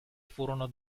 furono